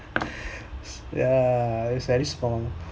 ya it's very small